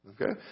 Okay